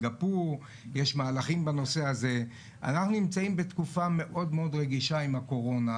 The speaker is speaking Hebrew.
אנחנו נמצאים בתקופה מאוד רגישה עם הקורונה,